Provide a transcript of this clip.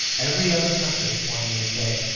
every other country, one may say,